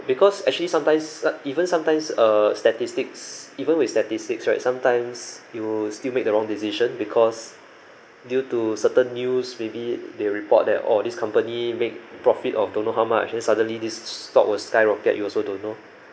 because actually sometimes even sometimes err statistics even with statistics right sometimes you'll still make the wrong decision because due to certain news maybe they report that oh these company make profit of don't know how much then suddenly this stock will skyrocket you also don't know